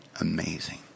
Amazing